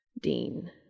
Dean